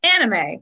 anime